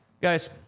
Guys